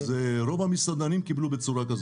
רוב המסעדנים קיבלו בצורה כזאת.